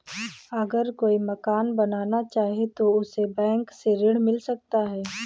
अगर कोई मकान बनाना चाहे तो उसे बैंक से ऋण मिल सकता है?